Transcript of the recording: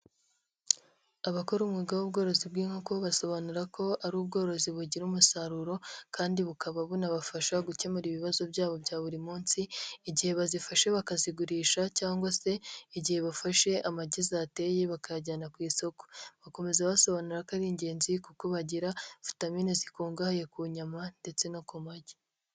Abakora umwuga w'ubworozi bw'inkoko basobanura ko ari ubworozi bugira umusaruro kandi bukaba bunabafasha gukemura ibibazo byabo bya buri munsi igihe bazifashe bakazigurisha cyangwa se igihe bafashe amagi zateye bakayajyana ku isoko, bakomeza basobanura ko ari ingenzi kuko bagira vitamine zikungahaye ku nyama ndetse no ku magi.